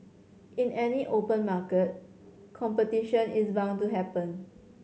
in any open market competition is bound to happen